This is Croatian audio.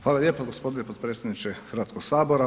Hvala lijepa gospodine potpredsjedniče Hrvatskog sabora.